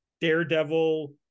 daredevil